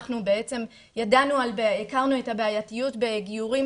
בעצם אנחנו הכרנו את הבעייתיות בגיורים